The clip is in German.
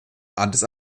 addis